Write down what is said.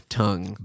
tongue